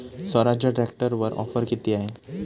स्वराज्य ट्रॅक्टरवर ऑफर किती आहे?